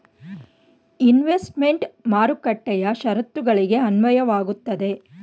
investment ಮಾರುಕಟ್ಟೆಯ ಶರತ್ತುಗಳಿಗೆ ಅನ್ವಯವಾಗುತ್ತದೆ